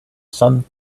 some